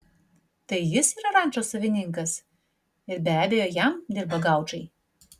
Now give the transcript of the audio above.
tai jis yra rančos savininkas ir be abejo jam dirba gaučai